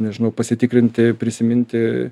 nežinau pasitikrinti prisiminti